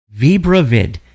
Vibravid